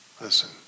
Listen